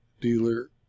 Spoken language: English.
dealer